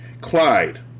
Clyde